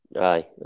Aye